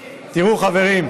חברים,